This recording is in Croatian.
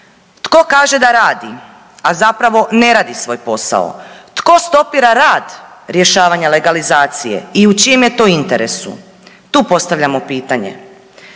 Tko kaže da radi, a zapravo ne radi svoj posao? Tko stopira rad rješavanja legalizacije i u čijem je to interesu? Tu postavljamo pitanje.